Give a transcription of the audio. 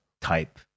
type